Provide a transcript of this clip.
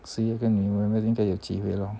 十月跟你们应该有机会咯